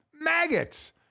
Maggots